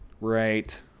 right